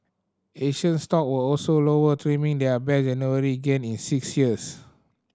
Asian stock were also lower trimming their best January gain in six years